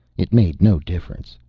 it made no difference,